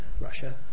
Russia